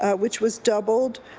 ah which was doubled,